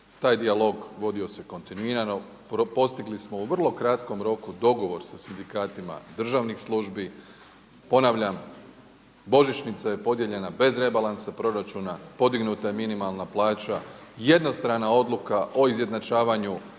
Taj dijalog vodio se kontinuirano, postigli smo u vrlo kratkom roku dogovor sa sindikatima državnih službi. Ponavljam, božićnica je podijeljena bez rebalansa proračuna, podignuta je minimalna plaća, jednostrana odluka o izjednačavanju